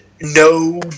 no